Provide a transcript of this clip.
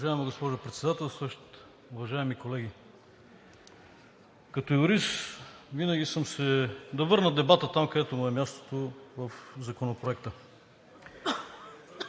Уважаема госпожо Председателстващ, уважаеми колеги! Като юрист винаги съм се… Да върна дебата там, където му е мястото – в Законопроекта.